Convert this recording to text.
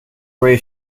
ray